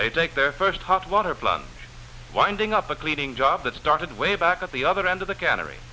they take their first hot water plant winding up a cleaning job that started way back at the other end of the cannery